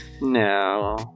No